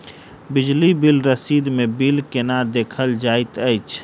बिजली बिल रसीद मे बिल केना देखल जाइत अछि?